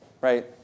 right